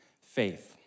faith